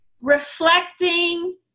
reflecting